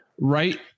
right